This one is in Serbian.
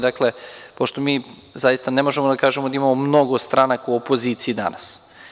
Dakle, pošto mi zaista ne možemo da kažemo da imamo mnogo stranaka u opoziciji danas.